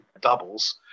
doubles